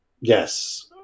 Yes